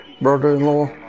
brother-in-law